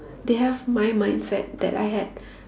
they have my mindset that I had